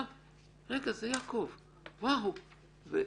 כי זה נורא.